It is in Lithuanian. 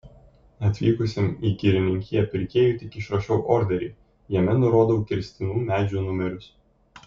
atvykusiam į girininkiją pirkėjui tik išrašau orderį jame nurodau kirstinų medžių numerius